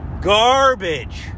Garbage